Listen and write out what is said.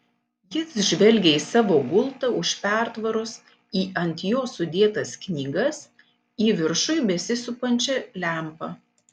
jis žvelgė į savo gultą už pertvaros į ant jo sudėtas knygas į viršuj besisupančią lempą